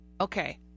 okay